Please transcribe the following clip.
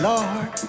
Lord